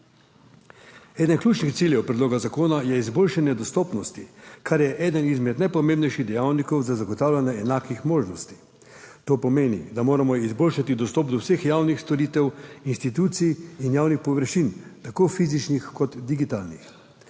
Eden ključnih ciljev predloga zakona je izboljšanje dostopnosti, kar je eden izmed najpomembnejših dejavnikov za zagotavljanje enakih možnosti. To pomeni, da moramo izboljšati dostop do vseh javnih storitev, institucij in javnih površin, tako fizičnih kot digitalnih.